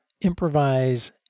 improvise